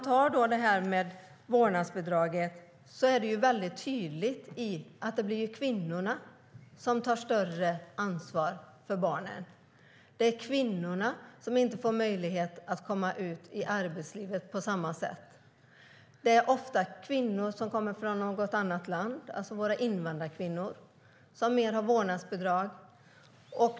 När det gäller vårdnadsbidraget är det tydligt att det blir kvinnorna som tar större ansvar för barnen. Det är kvinnorna som inte får möjlighet att komma ut i arbetslivet på samma sätt som männen. Det är ofta kvinnor som kommer från något annat land, alltså våra invandrarkvinnor, som tar ut vårdnadsbidrag.